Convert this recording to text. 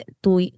tu